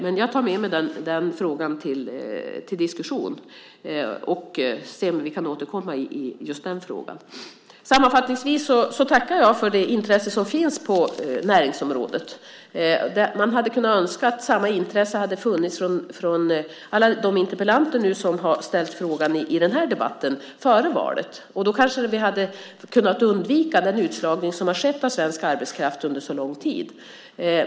Men jag tar med mig den frågan till diskussion och ser om vi kan återkomma i just den frågan. Sammanfattningsvis tackar jag för det intresse som finns på näringsområdet. Man hade kunnat önska att samma intresse hade funnits före valet från alla som har ställt frågor i denna debatt. Då kanske vi hade kunnat undvika den utslagning som har skett av svensk arbetskraft under så lång tid.